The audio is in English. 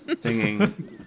singing